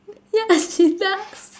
ya she does